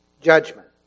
Judgment